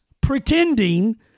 Pretending